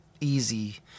easy